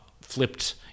flipped